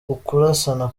ukurasana